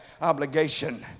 obligation